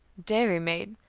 dairy-maid.